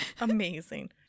amazing